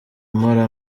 mpora